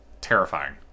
terrifying